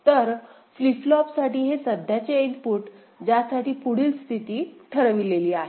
तर फ्लिप फ्लॉपसाठी हे सध्याचे इनपुट ज्यासाठी पुढील स्थिती ठरविलेली आहे